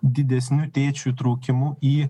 didesniu tėčių įtraukimu į